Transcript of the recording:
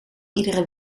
iedere